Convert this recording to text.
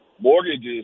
mortgages